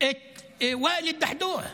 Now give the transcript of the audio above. את ואאל א-דחדוח?